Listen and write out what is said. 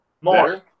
More